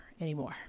anymore